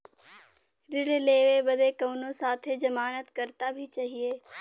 ऋण लेवे बदे कउनो साथे जमानत करता भी चहिए?